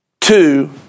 Two